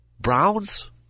Browns